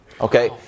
Okay